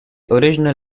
original